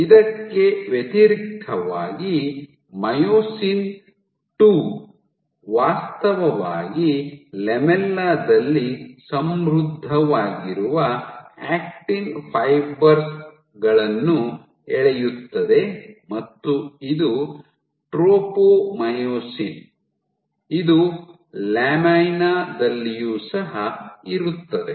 ಇದಕ್ಕೆ ವ್ಯತಿರಿಕ್ತವಾಗಿ myosin II ವಾಸ್ತವವಾಗಿ ಲ್ಯಾಮೆಲ್ಲಾ ದಲ್ಲಿ ಸಮೃದ್ಧವಾಗಿರುವ ಆಕ್ಟಿನ್ ಫೈಬರ್ ಗಳನ್ನು ಎಳೆಯುತ್ತದೆ ಮತ್ತು ಇದು ಟ್ರೋಪೊಮಿಯೊಸಿನ್ ಇದು ಲ್ಯಾಮಿನಾ ದಲ್ಲಿಯೂ ಸಹ ಇರುತ್ತದೆ